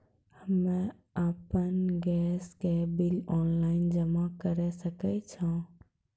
हम्मे आपन गैस के बिल ऑनलाइन जमा करै सकै छौ?